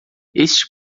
este